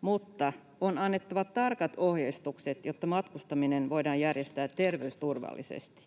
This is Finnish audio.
mutta on annettava tarkat ohjeistukset, jotta matkustaminen voidaan järjestää terveysturvallisesti.